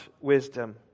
wisdom